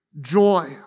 joy